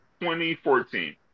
2014